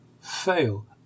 fail